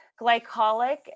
glycolic